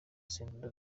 sena